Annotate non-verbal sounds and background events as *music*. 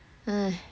*breath*